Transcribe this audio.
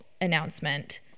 announcement